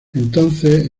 entonces